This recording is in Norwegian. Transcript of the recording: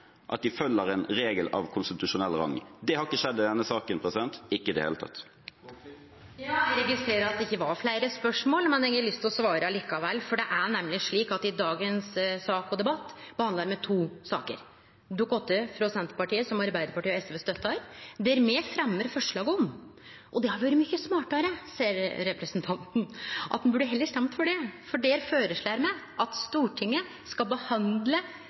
rang. Det har ikke skjedd i denne saken – ikke i det hele tatt. Eg registrerer at det ikkje var fleire spørsmål, men eg har lyst til å svare likevel, for det er nemleg slik at i dagens debatt behandlar me to saker. Det eine er Dokument 8-forslag frå Senterpartiet, som Arbeidarpartiet og SV støttar, og det hadde vore mykje smartare for representanten, han burde heller stemt for det, for der føreslår me at Stortinget skal behandle